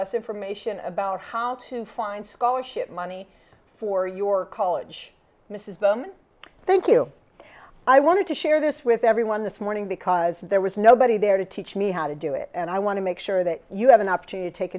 us information about how to find scholarship money for your college mrs bowen thank you i wanted to share this with everyone this morning because there was nobody there to teach me how to do it and i want to make sure that you have an opportunity to